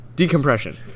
Decompression